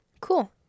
cool